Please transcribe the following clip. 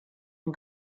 and